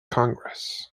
congress